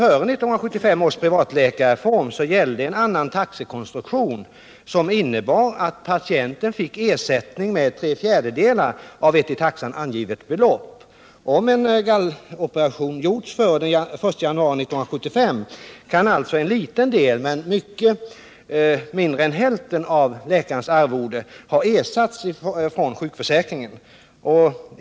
Före 1975 års privatläkarreform gällde en annan taxekonstruktion, som innebar att patienten fick ersättning med tre fjärdedelar av ett i taxeförteckningen angivet belopp. Om en galloperation gjorts före den 1 januari 1975, kan alltså en liten del, men mycket mindre än hälften, av läkararvodet ha ersatts från sjukförsäkringen.